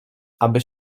aby